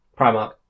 Primark